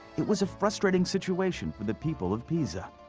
it was a frustrating situation for the people of pisa.